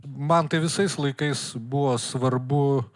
man tai visais laikais buvo svarbu